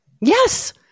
Yes